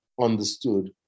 understood